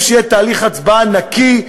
חשוב שיהיה תהליך הצבעות נקי,